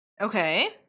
Okay